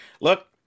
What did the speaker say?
look